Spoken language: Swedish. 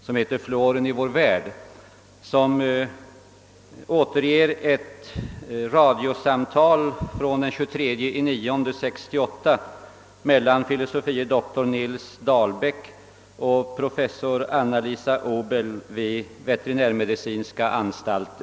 Den heter »Fluoren i vår värld» och återger ett radiosamtal den 23 september i år mellan fil. dr Nils Dahlbeck och professor Anna Elisabet Obel vid statens veterinärmedicinska anstalt.